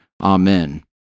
Amen